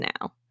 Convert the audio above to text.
now